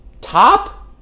Top